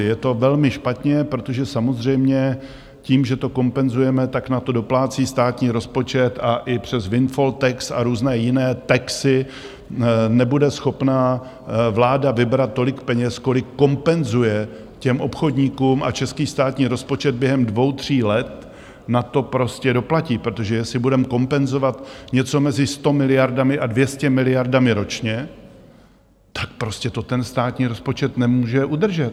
Je to velmi špatně, protože samozřejmě tím, že to kompenzujeme, na to doplácí státní rozpočet a i přes windfall tax a různé jiné taxy nebude vláda schopna vybrat tolik peněz, kolik kompenzuje těm obchodníkům, a český státní rozpočet během dvou tří let na to prostě doplatí, protože jestli budeme kompenzovat něco mezi 100 miliardami a 200 miliardami ročně, tak prostě to státní rozpočet nemůže udržet.